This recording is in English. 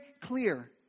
clear